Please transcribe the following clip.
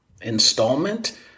installment